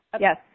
Yes